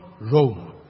Rome